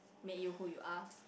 make you who you are